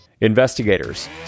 investigators